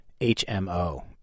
HMO